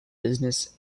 business